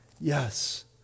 Yes